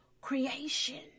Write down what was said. creation